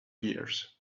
gears